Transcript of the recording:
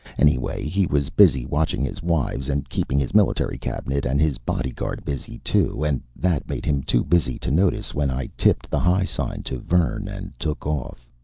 anyway, he was busy watching his wives and keeping his military cabinet and his bodyguard busy too, and that made him too busy to notice when i tipped the high sign to vern and took off.